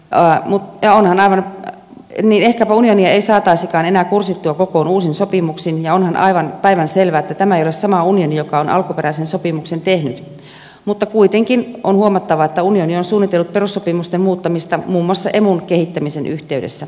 pää mutta onhan tämä meni ehkäpä unionia ei saataisikaan enää kursittua kokoon uusin sopimuksin ja onhan aivan päivänselvää että tämä ei ole sama unioni joka on alkuperäisen sopimuksen tehnyt mutta kuitenkin on huomattava että unioni on suunnitellut perussopimusten muuttamista muun muassa emun kehittämisen yhteydessä